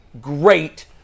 great